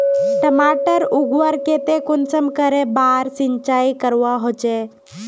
टमाटर उगवार केते कुंसम करे बार सिंचाई करवा होचए?